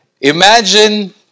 Imagine